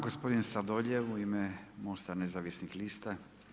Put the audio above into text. Gospodin Sladoljev, u ime Mosta nezavisnih lista.